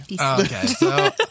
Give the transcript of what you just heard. Okay